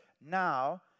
now